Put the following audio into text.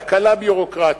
תקלה ביורוקרטית.